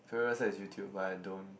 favourite site is YouTube but I don't